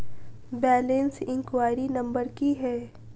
Balance inquiry number की है?